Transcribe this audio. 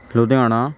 Ludhiana